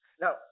Now